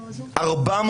400